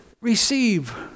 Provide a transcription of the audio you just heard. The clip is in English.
receive